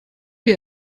wie